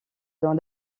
dans